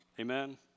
Amen